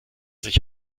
sich